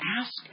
ask